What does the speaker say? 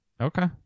Okay